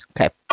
okay